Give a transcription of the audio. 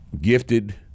gifted